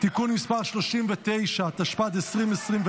(תיקון מס' 39), התשפ"ד 2024,